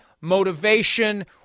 motivation